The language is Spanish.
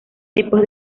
tipos